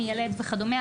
מיילד וכדומה,